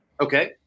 Okay